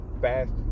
fast